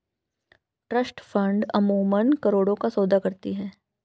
trust funds अमूमन करोड़ों का सौदा करती हैं